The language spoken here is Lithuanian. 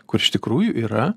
kur iš tikrųjų yra